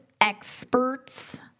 experts